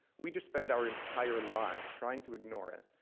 we just spend our entire lives trying to ignore it,